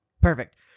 Perfect